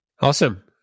Awesome